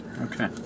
Okay